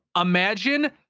Imagine